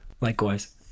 Likewise